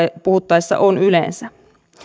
puhuttaessa on yleensä